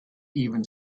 even